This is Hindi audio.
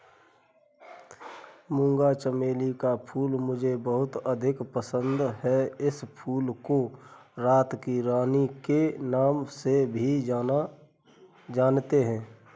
मूंगा चमेली का फूल मुझे बहुत अधिक पसंद है इस फूल को रात की रानी के नाम से भी जानते हैं